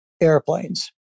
airplanes